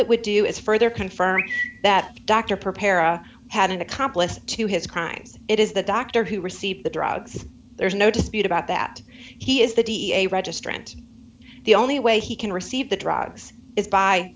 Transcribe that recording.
it would do is further confirmed that dr prepare a had an accomplice to his crimes it is the doctor who received the drugs there's no dispute about that he is the d a registrant the only way he can receive the drugs is by